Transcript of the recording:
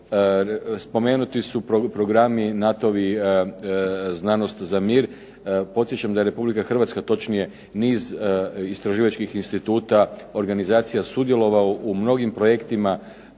spomenuti su programi NATO-vi „Znanost za mir“, podsjećam da je Republika Hrvatske, točnije niz istraživačkih instituta, organizacija sudjelovao u mnogim projektima